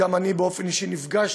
גם אני באופן אישי נפגשתי,